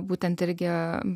būtent irgi